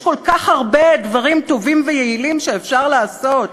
יש כל כך הרבה דברים טובים ויעילים שאפשר לעשות,